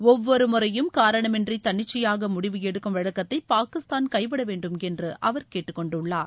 ஒவ்வொரு முறையும் காரணமின்றி தன்னிச்சையாக முடிவு எடுக்கும் வழக்கத்தை பாகிஸ்தான் கைவிட வேண்டும் என்று அவர் கேட்டுக்கொண்டுள்ளார்